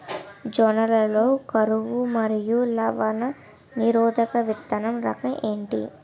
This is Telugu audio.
జొన్న లలో కరువు మరియు లవణ నిరోధక విత్తన రకం ఏంటి?